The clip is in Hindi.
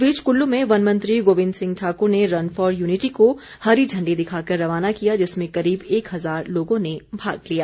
इस बीच कुल्लू में वन मंत्री गोविंद सिंह ठाकुर ने रन फॉर यूनिटी को हरी झंडी दिखाकर रवाना किया जिसमें करीब एक हजार लोगों ने भाग लिया